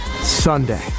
Sunday